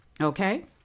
Okay